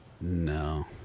No